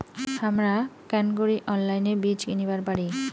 হামরা কেঙকরি অনলাইনে বীজ কিনিবার পারি?